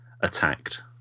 attacked